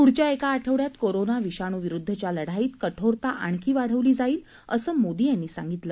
पुढच्या एका आठवड्यात कोरोना विषाणूविरुद्धच्या लढाईत कठोरता आणखी वाढवली जाईलअसं मोदी यांनी सांगितलं